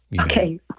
Okay